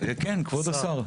כבוד השר.